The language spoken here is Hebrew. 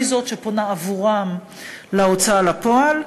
היא שפונה עבורם להוצאה לפועל,